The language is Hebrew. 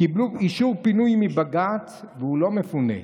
קיבלו אישור פינוי מבג"ץ, והוא לא מפונה.